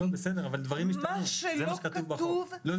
מה שלא כתוב --- לא,